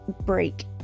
break